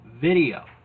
Video